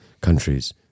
countries